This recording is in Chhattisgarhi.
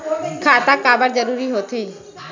खाता काबर जरूरी हो थे?